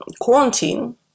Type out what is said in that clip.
quarantine